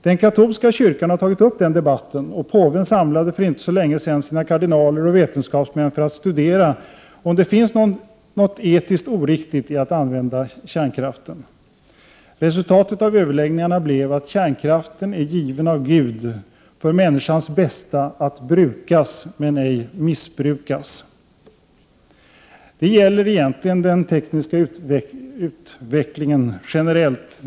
Den katolska kyrkan har tagit upp den debatten, och påven samlade för inte så länge sedan sina kardinaler och vetenskapsmän för att studera om det finns något etiskt oriktigt i att använda kärnkraften. Resultatet av överläggningarna blev att kärnkraften är given av Gud för människans bästa, att brukas men ej missbrukas. Detta gäller egentligen den tekniska utvecklingen generellt.